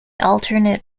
alternate